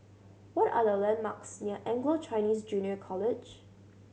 what are the landmarks near Anglo Chinese Junior College